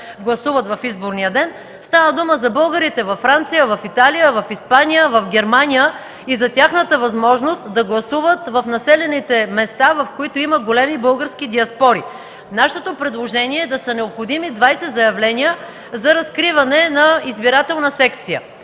гласуват в изборния ден. Става дума за българите във Франция, Италия, Испания, Германия и за тяхната възможност да гласуват в населените места, в които има големи български диаспори. Нашето предложение е да са необходими 20 заявления за разкриване на избирателна секция.